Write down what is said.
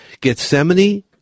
Gethsemane